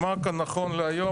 נכון להיום,